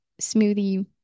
smoothie